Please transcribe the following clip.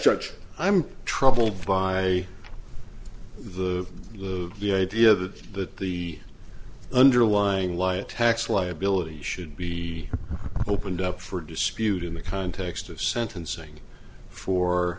judge i'm troubled by the the idea that that the underlying lie a tax liability should be opened up for dispute in the context of sentencing for